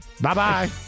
Bye-bye